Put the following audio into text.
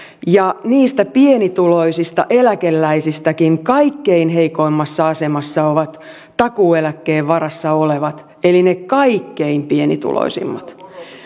ja niistä pienituloisista eläkeläisistäkin kaikkein heikoimmassa asemassa ovat takuueläkkeen varassa olevat eli ne kaikkein pienituloisimmat